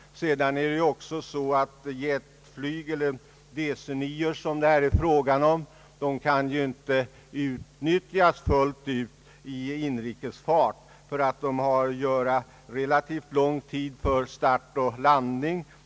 Vidare kan inte DC-9:orna utnyttjas i full utsträckning inom inrikestrafiken, därför att de kräver relativt lång tid för start och landning.